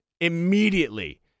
immediately